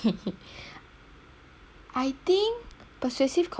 I think persuasive communication is graded !whoa!